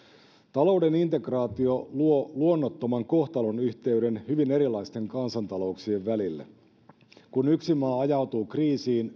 talouden integraatio luo luonnottoman kohtalonyhteyden hyvin erilaisten kansantalouksien välille kun yksi maa ajautuu kriisiin